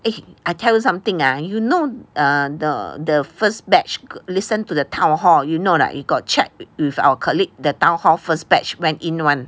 eh I tell you something ah you know err the the first batch listen to the town hall you know or not you got check with our colleague the town hall first batch went in [one]